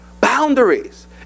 boundaries